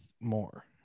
more